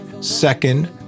second